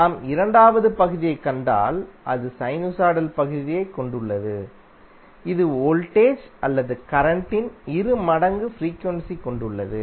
நாம் இரண்டாவது பகுதியைக் கண்டால் அது சைனுசாய்டல் பகுதியைக் கொண்டுள்ளது இது வோல்டேஜ் அல்லது கரண்ட்டின் இரு மடங்கு ஃப்ரீக்வன்சி கொண்டுள்ளது